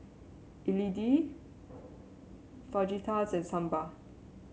Idili Fajitas and Sambar